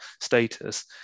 status